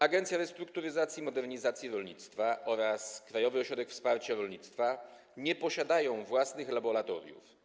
Agencja Restrukturyzacji i Modernizacji Rolnictwa oraz Krajowy Ośrodek Wsparcia Rolnictwa nie posiadają własnych laboratoriów.